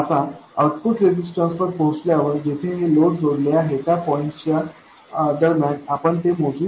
आता आऊटपुट रेजिस्टन्सवर पोचल्यावर जेथे हे लोड जोडले आहे त्या पॉईंटसच्या दरम्यान आपण ते मोजू